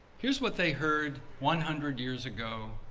here's what they heard one hundred years ago